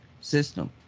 system